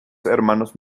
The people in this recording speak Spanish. hermanos